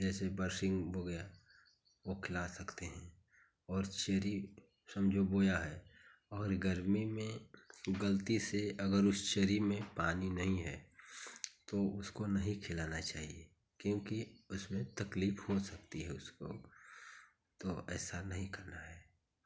जैसे बरसिन हो गया वो खिला सकते हैं और चरी समझो बोया है और गर्मी में गलती से अगर उस चरी में पानी नहीं है तो उसको नहीं खिलाना चाहिए क्योंकि उसमें तकलीफ हो सकती है उसको तो ऐसा नहीं करना है